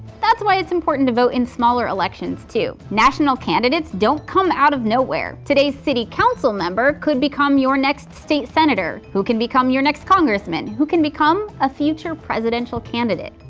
that's why it's important to vote in smaller elections, too. national candidates don't come out of nowhere. today's city council member could become your next state senator who can become your next congressman who can become a future presidential candidate.